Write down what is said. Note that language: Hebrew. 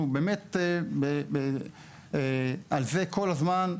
אנחנו באמת על זה כל הזמן.